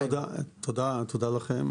תודה לכם.